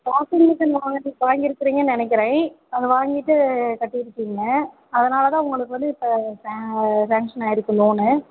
washing machine வாங்கி வாங்கிருக்கிறீங்கன்னு நினைக்கிறேன் அது வாங்கிட்டு கட்டிருக்கிங்க அதனால தான் உங்களுக்கு வந்து இப்போ சே சாங்க்ஷன் ஆயிருக்கு லோன்னு